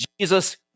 Jesus